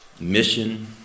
mission